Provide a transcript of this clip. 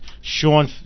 Sean